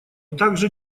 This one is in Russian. также